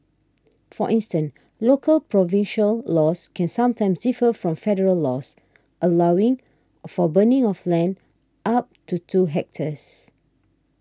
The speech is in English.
for instance local provincial laws can sometimes differ from federal laws allowing for burning of land up to two hectares